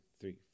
three